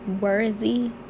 worthy